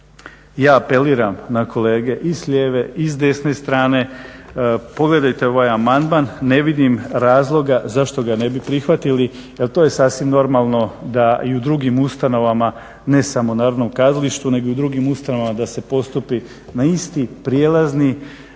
ja apeliram na kolege i s lijeve i s desne strane. Pogledajte ovaj amandman, ne vidim razloga zašto ga ne bi prihvatili jer to je sasvim normalno da i u drugim ustanovama ne samo Narodnom kazalištu nego i drugim ustanovama da se postupi na isti prijelazni